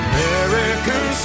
American